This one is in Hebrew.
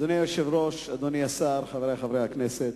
אדוני היושב-ראש, אדוני השר, חברי חברי הכנסת,